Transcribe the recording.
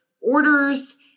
orders